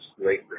great